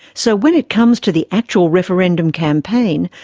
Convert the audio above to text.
so when it comes to the actual referendum campaign,